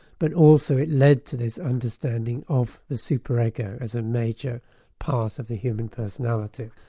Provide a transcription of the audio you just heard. but also it led to this understanding of the super ego as a major part of the human personality.